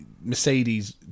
Mercedes